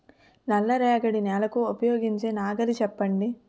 నల్ల రేగడి నెలకు ఉపయోగించే నాగలి చెప్పండి?